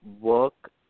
work